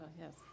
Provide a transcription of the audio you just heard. yes